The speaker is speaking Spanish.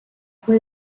fue